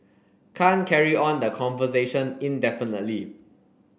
can't carry on the conversation indefinitely